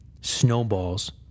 snowballs